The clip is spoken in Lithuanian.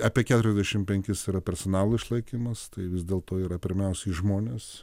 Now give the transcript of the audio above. apie keturiasdešimt penkis yra personalo išlaikymas tai vis dėlto yra pirmiausiai žmonės